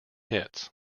hits